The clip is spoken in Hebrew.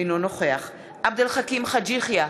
אינו נוכח עבד אל חכים חאג' יחיא,